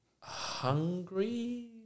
hungry